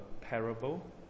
parable